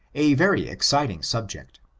a very exciting subject.